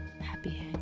Happy